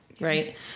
Right